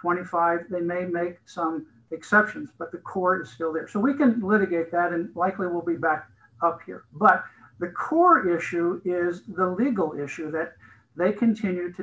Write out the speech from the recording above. twenty five they may make some exceptions but the court still there so we can litigate that and likely will be back up here but the core issue is the legal issues that they continue to